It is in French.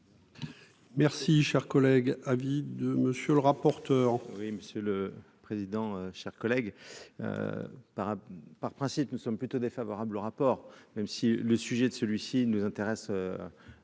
Merci, cher collègue à vie de monsieur le rapporteur. Oui, monsieur le président, chers collègues par par principe, nous sommes plutôt défavorable, rapport, même si le sujet de celui-ci nous intéresse en